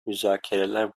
müzakereler